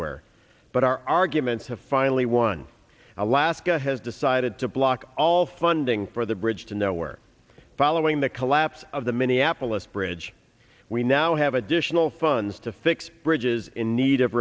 here but our arguments have finally won alaska has decided to block all funding for the bridge to nowhere following the collapse of the minneapolis bridge we now have additional funds to fix bridges in need of